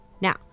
Now